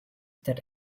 that